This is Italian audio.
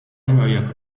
gioia